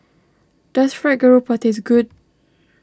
does Fried Garoupa taste good